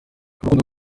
urukundo